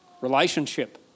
relationship